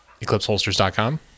EclipseHolsters.com